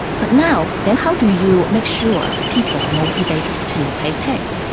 but now, then how do you make sure people are motivated to pay tax?